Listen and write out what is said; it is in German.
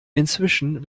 inzwischen